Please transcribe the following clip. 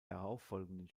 darauffolgenden